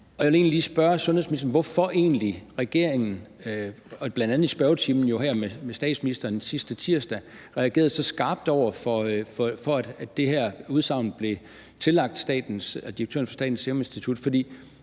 Jeg vil egentlig spørge sundhedsministeren, hvorfor regeringen, bl.a. i spørgetimen her med statsministeren sidste tirsdag, reagerede så skarpt på, at det her udsagn blev tillagt direktøren for Statens Serum Institut.